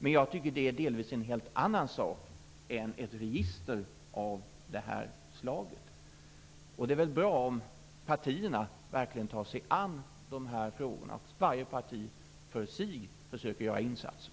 Men jag tycker att det delvis är en helt annan sak än ett register av det här slaget. Det är väl bra om partierna verkligen tar sig an de här frågorna och att varje parti för sig försöker att göra insatser.